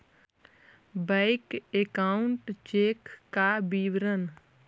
Bank account check का विवरण?